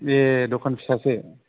ए दखान फिसासो